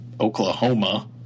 Oklahoma